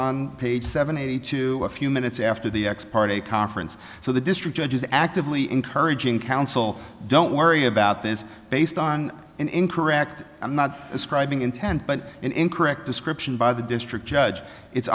on page seventy two a few minutes after the ex parte conference so the district judge is actively encouraging counsel don't worry about this based on an incorrect i'm not ascribing intent but an incorrect description by the district judge it's